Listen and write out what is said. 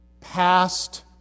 past